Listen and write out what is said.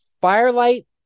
Firelight